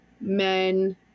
men